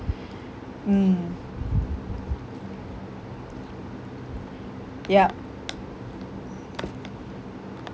mm ya